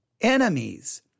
enemies